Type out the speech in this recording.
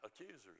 accusers